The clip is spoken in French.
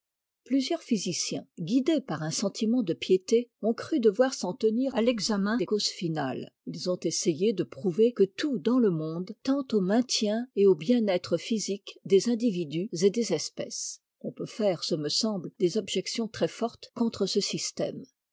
plusieurs physiciens guidés par un sentiment de piété ont cru devoir s'en tenir à l'examen des causes finales ils ont essayé de prouver que tout dans le monde tend au maintien et au bien-être physique des individus et des espèces on peut faire ce me semble des objections très fortes contre ce système